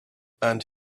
and